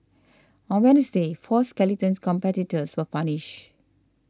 on Wednesday four skeleton competitors were punished